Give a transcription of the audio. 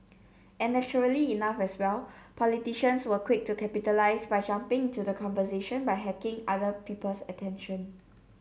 and naturally enough as well politicians were quick to capitalise by jumping into the conversation by hacking other people's attention